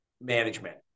management